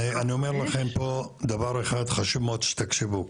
אני אומר לכם פה דבר אחד חשוב מאוד שתקשיבו,